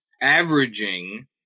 averaging –